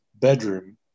bedroom